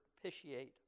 propitiate